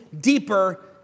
deeper